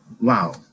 Wow